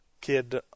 kid